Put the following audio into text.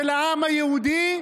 של העם היהודי,